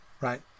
right